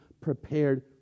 prepared